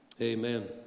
Amen